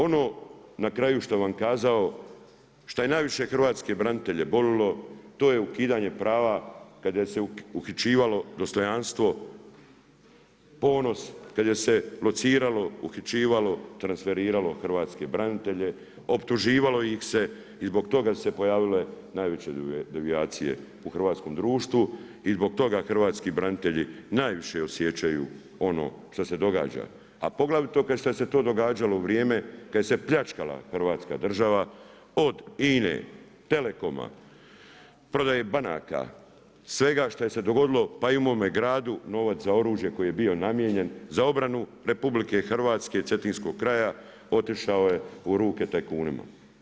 Ono na kraju što bih vam kazao, šta je najviše hrvatske branitelje boljelo to je ukidanje prava kada se uhićivalo dostojanstvo, ponos, kada se lociralo, uhićivalo, transferiralo hrvatske branitelje, optuživalo ih se i zbog toga su se pojavile najveće devijacije u hrvatskom društvu i zbog toga hrvatski branitelji najviše osjećaju ono što se događa a poglavito što se to događalo u vrijeme kada se pljačkala Hrvatska država od INA-e, Telecoma, prodaje banaka, svega što se je dogodilo pa i u mome gradu, novac za oružje za koje je bio namijenjen, za obranu RH i Cetinskog kraja otišao je u ruke tajkunima.